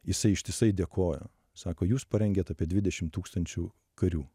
jisai ištisai dėkojo sako jūs parengėt apie dvidešim tūkstančių karių